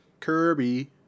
Kirby